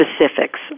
specifics